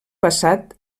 passat